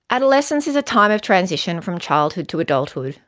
adolescence is a time of transition from childhood to adulthood,